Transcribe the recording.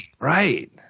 right